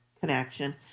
connection